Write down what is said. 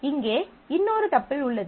இங்கே இன்னொரு டப்பிள் உள்ளது